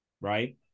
right